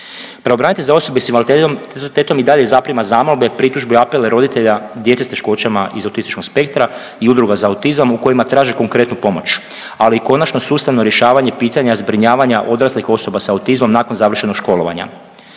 Pravobranitelj za osobe s invaliditetom i dalje zaprima zamolbe, pritužbe i apele roditelja djece s teškoćama iz autističkog spektra i udruga za autizam u kojima traže konkretnu pomoć, ali i konačno sustavno rješavanje pitanja zbrinjavanja odraslih osoba s autizmom nakon završnog školovanja.